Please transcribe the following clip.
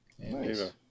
Nice